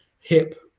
hip